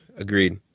Agreed